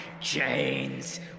chains